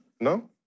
No